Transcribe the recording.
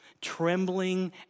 trembling